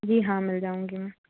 जी हाँ मिल जाऊँगी मैं